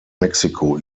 mexiko